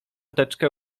teczkę